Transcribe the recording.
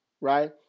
Right